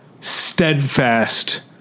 steadfast